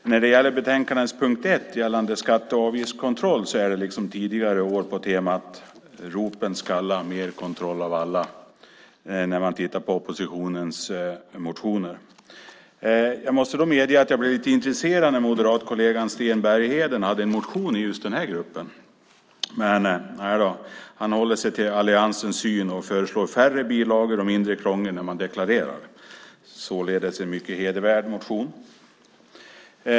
När det gäller punkt 1 i betänkandet gällande skatte och avgiftskontroll är det liksom tidigare år på temat "Ropen skalla, mer kontroll av alla" när man tittar på oppositionens motioner. Jag måste medge att jag blev lite intresserad när moderatkollegan Sten Bergheden hade en motion i just den här gruppen. Men, nej då - han håller sig till alliansens syn och föreslår färre bilagor och mindre krångel när man deklarerar. Det är således en mycket hedervärd motion.